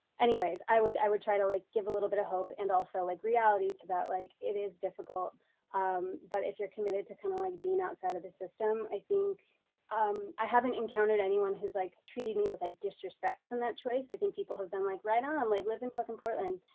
anyways, i would i would try to like give a little bit of hope and also like reality to that like it is difficult um but if you're committed to kind of like being outside of the system, i think um i haven't encountered anyone who's like treating me with like disrespect from that choice i think people have been like, right on like live in fucking portland,